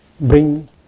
bring